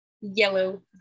yellow